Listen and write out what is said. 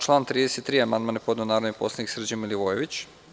Na član 33. amandman je podneo narodni poslanik Srđan Milivojević.